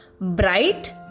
bright